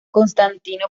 constantino